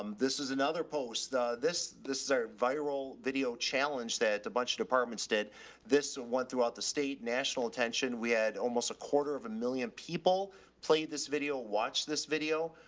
um this is another post this, this is our viral video challenge that a bunch of departments did this one throughout the state national attention. we had almost a quarter of a million people play this video, watch this video.